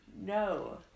No